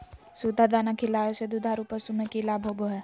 सुधा दाना खिलावे से दुधारू पशु में कि लाभ होबो हय?